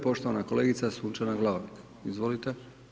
Poštovana kolegica Sunčana Glavak, izvolite.